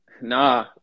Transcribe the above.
nah